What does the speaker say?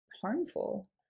harmful